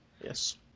Yes